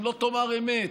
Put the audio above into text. אם לא תאמר אמת,